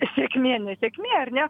sėkmė nesėkmė ar ne